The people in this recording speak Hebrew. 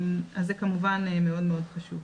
אז זה כמובן מאוד מאוד חשוב.